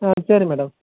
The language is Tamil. ம் சரி மேடம்